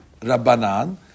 Rabbanan